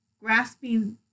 grasping